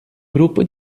grupo